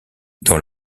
dans